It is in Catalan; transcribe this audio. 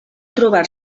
trobar